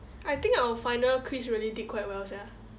I think our final quiz really did quite well sia